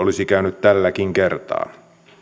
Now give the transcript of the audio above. olisi käynyt tälläkin kertaa